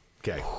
Okay